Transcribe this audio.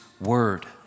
word